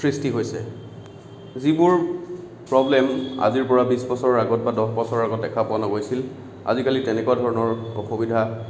সৃষ্টি হৈছে যিবোৰ প্ৰব্লেম আজিৰ পৰা বিশ বছৰ আগত বা দহ বছৰ আগত দেখা পোৱা নগৈছিল আজিকালি তেনেকুৱা ধৰণৰ অসুবিধা